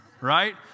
right